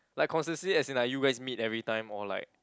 like consistency as in like you guys meet every time or like